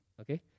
okay